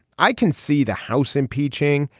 i can see the house impeaching.